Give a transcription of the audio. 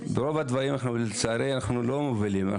ברוב הדברים לצערי אנחנו לא מובילים,